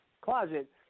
closet